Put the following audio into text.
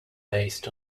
based